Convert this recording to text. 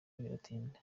biratinda